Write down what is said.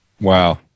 wow